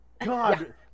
God